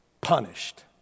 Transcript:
punished